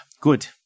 good